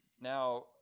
Now